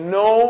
no